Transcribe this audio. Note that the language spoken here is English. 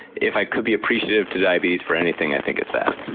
if i could be appreciative to diabetes for anything i think it's that.